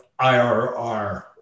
IRR